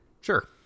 Sure